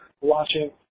watching